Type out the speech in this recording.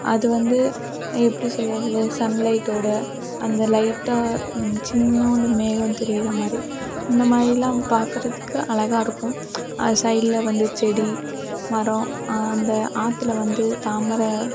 அது வந்து எப்படி சொல்கிறது சன்லைட்டோட அந்த லைட்டாக சின்னோண்டு மேகம் தெரிகிற மாதிரி அந்தமாதிரிலாம் பாக்கிறதுக்கு அழகாயிருக்கும் சைடில் வந்து செடி மரம் அந்த ஆற்றுல வந்து தாமரை